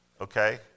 okay